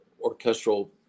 orchestral